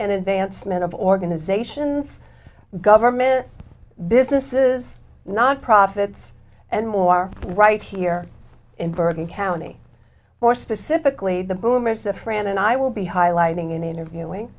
and advancement of organizations government businesses nonprofits and more right here in bergen county more specifically the boomers the fran and i will be highlighting and interviewing